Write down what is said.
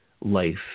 life